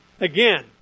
Again